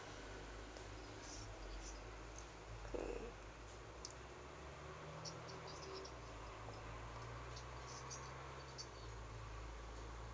mm